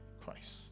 Christ